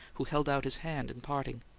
who held out his hand in parting.